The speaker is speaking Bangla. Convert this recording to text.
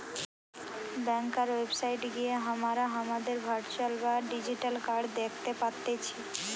ব্যাংকার ওয়েবসাইট গিয়ে হামরা হামাদের ভার্চুয়াল বা ডিজিটাল কার্ড দ্যাখতে পারতেছি